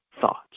thoughts